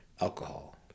alcohol